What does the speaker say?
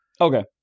Okay